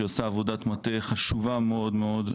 שעושה עבודת מטה חשובה מאוד מאוד.